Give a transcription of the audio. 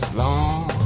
long